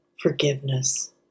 forgiveness